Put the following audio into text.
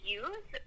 use